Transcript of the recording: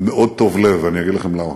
מאוד טוב לב, ואני אגיד לכם גם למה: